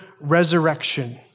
Resurrection